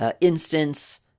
instance